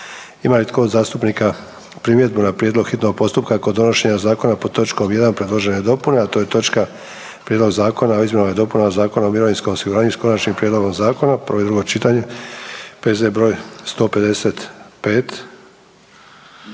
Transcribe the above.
Ima li tko od zastupnika primjedbu na prijedlog hitnog postupka kod donošenja zakona pod točkom 1 predložene dopune, a to je točka Prijedlog zakona o izmjenama i dopunama Zakona o mirovinskom osiguranju s konačnim prijedlogom zakona, prvo i drugo čitanje, P.Z. br. 155?